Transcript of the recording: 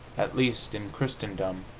at least in christendom,